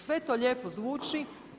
Sve to lijepo zvuči.